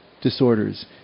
disorders